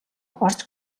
орж